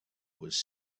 was